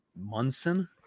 Munson